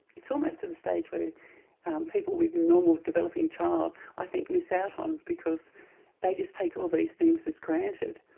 it's almost to the stage where people with a normal developing child i think miss out on, because they just take all these things as granted,